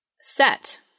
set